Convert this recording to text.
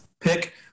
pick